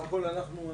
סה"כ אנחנו שותפים